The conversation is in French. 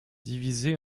divisés